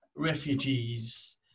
refugees